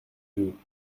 veut